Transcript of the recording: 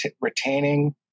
retaining